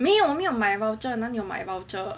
没有没有买 voucher 哪里有买 voucher